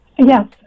Yes